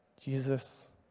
Jesus